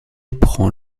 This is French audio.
prend